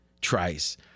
Trice